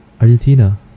Argentina